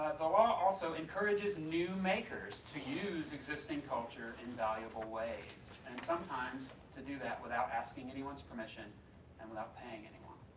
the law also encourages new makers to use existing culture in valuable ways and sometimes to do that without asking anyone's permission and without paying anyone.